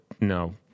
No